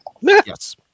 Yes